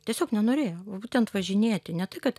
tiesiog nenorėjo būtent važinėti ne tai kad